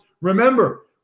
Remember